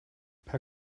per